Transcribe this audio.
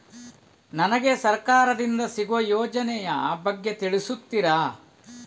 ನನಗೆ ಸರ್ಕಾರ ದಿಂದ ಸಿಗುವ ಯೋಜನೆ ಯ ಬಗ್ಗೆ ತಿಳಿಸುತ್ತೀರಾ?